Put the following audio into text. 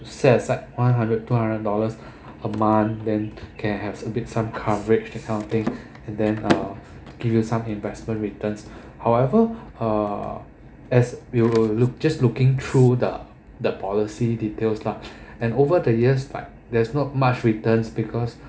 set aside one hundred two hundred dollars a month then can have a bit some coverage this kind of thing and then uh give you some investment returns however uh as we will look just looking through the the policy details lah and over the years like there's not much returns because